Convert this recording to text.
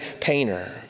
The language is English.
painter